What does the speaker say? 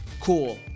cool